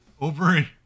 over